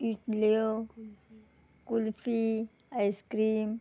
इडल्यो kulfi ice cream